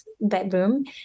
bedroom